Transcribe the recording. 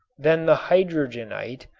then the hydrogenite,